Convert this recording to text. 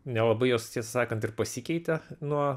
nelabai jos tiesą sakant ir pasikeitė nuo